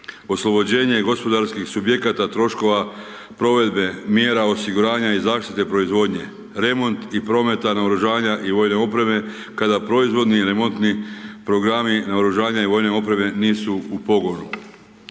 Oslobođenje gospodarskih subjekata troškova provedbe mjera osiguranja i zaštite proizvodnje, remont i prometa naoružanja i vojne opreme, kada proizvodnji remontni programi naoružanja i vojne opreme nisu u pogonu.